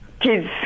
kids